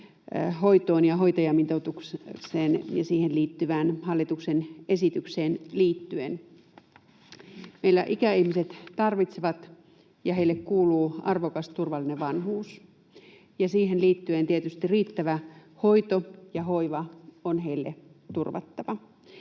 hoitoon ja hoitajamitoitukseen ja siihen liittyvään hallituksen esitykseen liittyen. Meillä ikäihmiset tarvitsevat ja heille kuuluu arvokas, turvallinen vanhuus, ja siihen liittyen tietysti riittävä hoito ja hoiva on heille turvattava.